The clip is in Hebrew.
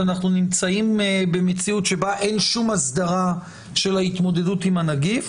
אנחנו נמצאים במציאות שבה אין שום הסדרה של ההתמודדות עם הנגיף,